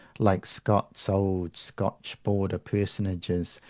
like scott's old scotch-border personages,